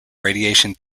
radiation